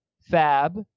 FAB